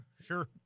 Sure